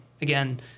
again